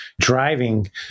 driving